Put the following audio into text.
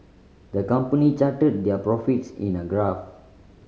the company charted their profits in a graph